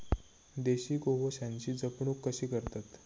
देशी गोवंशाची जपणूक कशी करतत?